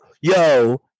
Yo